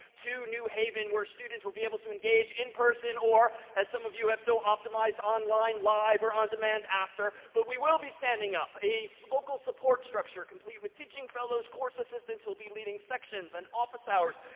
to new haven, where students will be able to engage in person, or as some of you have so optimized, online live, or on demand after. but we will be standing up a so local support structure, complete with teaching fellows, course assistants will be leading sections, and office hours.